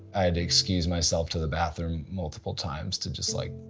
i had to excuse myself to the bathroom multiple times to just like